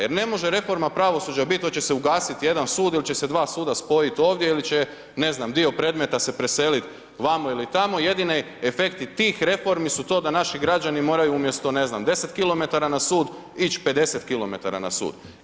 Jer ne može reforma pravosuđa biti hoće se ugasiti jedan sud ili će se dva suda spojiti ovdje ili će dio predmeta se preselit vamo ili tamo, jedini efekti tih reformi su to da naši građani moraju umjesto, ne znam, 10 km na sud, ići 50 km na sud.